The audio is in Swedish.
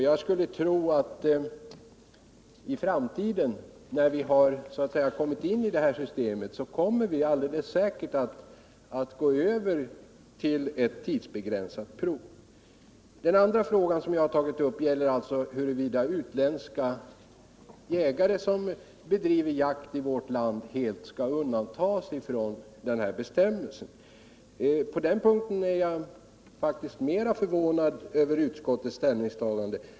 Jag skulle tro att vi i framtiden, när vi har kommit in i det här systemet, kommer att gå över till ett Den andra fråga jag tagit upp gäller huruvida utländska jägare som bedriver jakt i vårt land helt skall undantas från bestämmelsen om skyldighet att avlägga kompetensprov. På den punkten är jag faktiskt mera förvånad över utskottets ställningstagande.